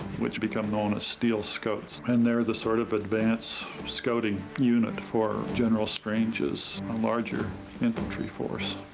which become known as steele's scouts and they're the sort of advance scouting unit for general strange's larger infantry force.